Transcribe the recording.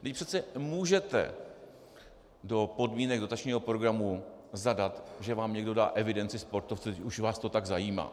Vždyť přece můžete do podmínek dotačního programu zadat, že vám někdo dá evidenci sportovců, když už vás to tak zajímá.